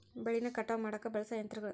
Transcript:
ಬೆಳಿನ ಕಟಾವ ಮಾಡಾಕ ಬಳಸು ಯಂತ್ರಗಳು